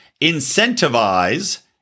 Incentivize